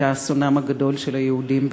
שהייתה אסונם הגדול של היהודים.